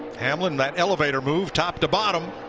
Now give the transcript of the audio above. ham len that elevator move, top to bottom.